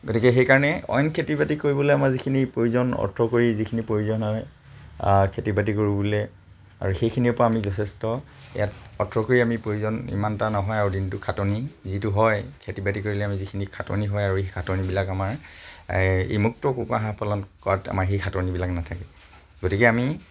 গতিকে সেইকাৰণে অন্যান্য খেতি বাতি কৰিবলে আমাৰ যিখিনি প্ৰয়োজন অৰ্থকৰী যিখিনি প্ৰয়োজন হয় খেতি বাতি কৰিবলে আৰু সেইখিনিৰ পৰা আমি যথেষ্ট ইয়াত অৰ্থকৰী আমি প্ৰয়োজন ইমান এটা নহয় আৰু দিনটো খাটনি যিটো হয় খেতি বাতি কৰিলে আমাৰ যিখিনি খাটনি হয় আৰু সেই খাটনিবিলাক আমাৰ এই মুক্ত কুকুৰা হাঁহ পালন কৰাত আমাৰ সেই খাটনিবিলাক নাথাকে গতিকে আমি